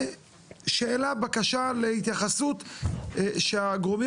ושאלה או בקשה להתייחסות שהגורמים